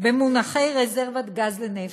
במונחי רזרבת גז לנפש,